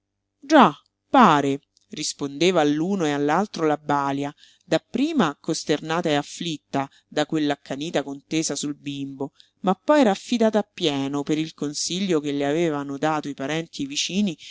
già pare rispondeva all'uno e all'altro la balia dapprima costernata e afflitta da quell'accanita contesa sul bimbo ma poi raffidata appieno per il consiglio che le avevano dato i parenti e i vicini